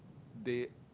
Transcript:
they